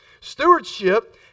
Stewardship